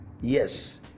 yes